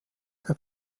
der